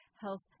Health